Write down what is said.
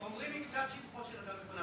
אומרים מקצת שבחו של אדם בפניו.